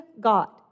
God